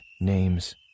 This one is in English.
name's